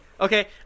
Okay